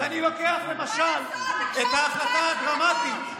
אז אני לוקח למשל את ההחלטה הדרמטית,